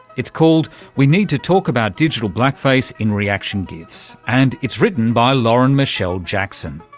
it's called we need to talk about digital blackface in reaction gifs and it's written by lauren michele jackson.